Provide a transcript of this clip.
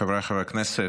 חבריי חברי הכנסת,